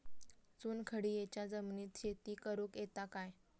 चुनखडीयेच्या जमिनीत शेती करुक येता काय?